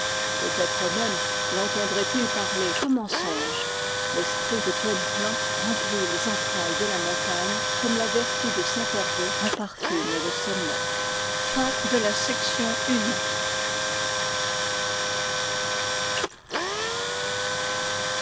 peut-être même l entendrait il parler comme en songe l'esprit de gwenc'man remplit les entrailles de la montagne comme la vertu de saint hervé en parfume le sommet